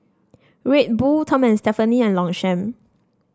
Red Bull Tom and Stephanie and Longchamp